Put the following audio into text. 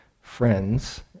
friends